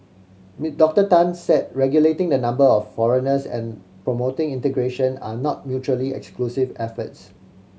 Doctor Tan said regulating the number of foreigners and promoting integration are not mutually exclusive efforts